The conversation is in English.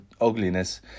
ugliness